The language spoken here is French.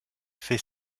fait